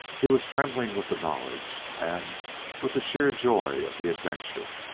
he was trembling with the knowledge, and with the sheer joy of the adventure.